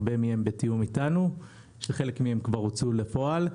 הרבה מהן בתיאום איתנו כשחלק מהן כבר הוצאו לפועל.